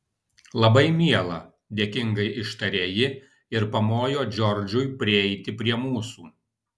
labai miela dėkingai ištarė ji ir pamojo džordžui prieiti prie mūsų